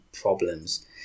problems